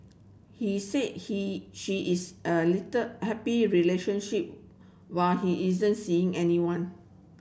he said he she is a little happy relationship while he isn't seeing anyone